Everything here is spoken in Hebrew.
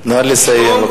נא לסיים.